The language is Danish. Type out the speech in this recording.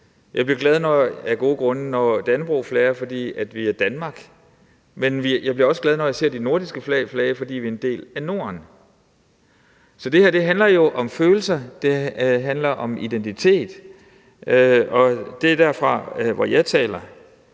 Jeg bliver af gode grunde glad, når dannebrog vajer, fordi vi er Danmark, men jeg bliver også glad, når jeg ser de nordiske flag vaje, fordi vi er en del af Norden. Så det her handler jo om følelser, det handler om identitet, og det er ud fra det, jeg taler.